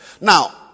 Now